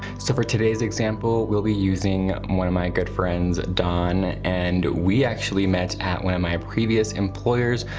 so for today's example, we'll be using one of my good friends, dawn. and we actually met at one of my previous employers,